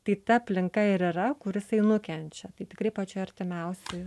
tai ta aplinka ir yra kur jisai nukenčia tai tikrai pačioj artimiausioj